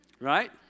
Right